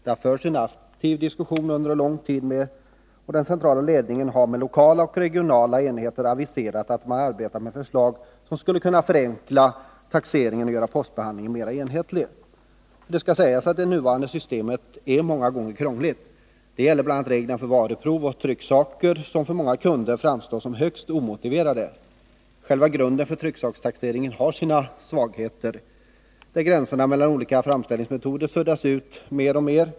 En diskussion har förts under lång tid, och den centrala ledningen har aviserat de lokala och regionala enheterna om att man arbetar med förslag till åtgärder som skulle kunna förenkla taxeringen och göra postbehandlingen mera enhetlig. Det skall sägas att nuvarande system många gånger är krångligt. Det gäller bl.a. reglerna för varuprov och trycksaker, som för många kunder framstår som högst omotiverade. Själva grunden för trycksakstaxeringen har sina svagheter. Gränserna mellan olika framställningsmetoder suddas ut mer och mer.